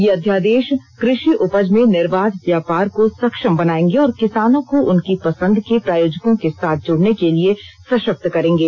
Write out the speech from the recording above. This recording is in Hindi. ये अध्यादेश कृषि उपज में निर्बाध व्यापार को सक्षम बनायेंगे और किसानों को उनकी पसंद के प्रायोजकों के साथ जुड़ने के लिये सशक्त करेंगे